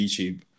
YouTube